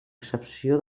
excepció